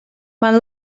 man